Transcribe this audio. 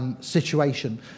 situation